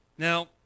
Now